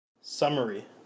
Summary